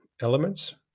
elements